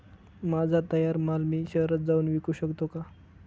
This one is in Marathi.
माझा तयार माल मी शहरात जाऊन विकू शकतो का?